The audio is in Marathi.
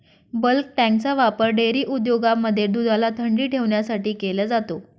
बल्क टँकचा वापर डेअरी उद्योगांमध्ये दुधाला थंडी ठेवण्यासाठी केला जातो